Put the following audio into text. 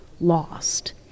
lost